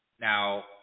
Now